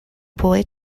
boy